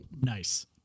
Nice